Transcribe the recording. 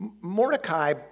Mordecai